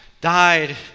died